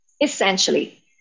Essentially